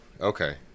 okay